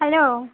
hello